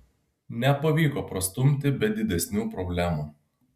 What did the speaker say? nepavyko prastumti be didesnių problemų